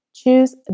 Choose